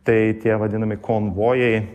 tai tie vadinami konvojai